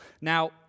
Now